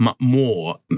more